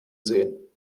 sehen